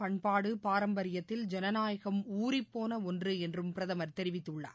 பண்பாடு பாரம்பரியத்தில் ஜனநாயகம் ஊறிப்போன ஒன்று என்றும் பிரதமர் தெரிவித்துள்ளார்